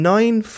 Nine